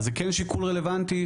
זה כן שיקול רלוונטי?